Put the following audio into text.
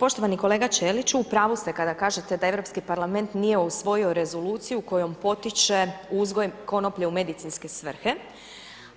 Poštovani kolega Ćeliću, u pravu ste kada kažete da Europski parlament nije usvojio rezoluciju kojom potiče uzgoj konoplje u medicinske svrhe,